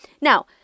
now